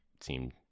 seemed